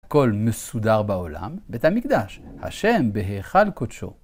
הכל מסודר בעולם, בית המקדש, השם בהיכל קודשו.